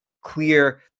clear